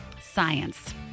science